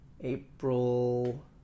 April